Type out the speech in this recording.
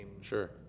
sure